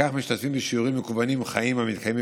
כך משתתפים בשיעורים מקוונים חיים המתקיימים